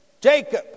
Jacob